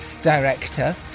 director